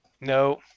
no